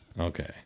Okay